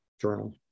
journal